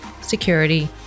security